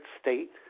state